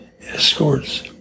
escorts